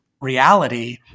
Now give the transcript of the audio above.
reality